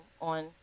on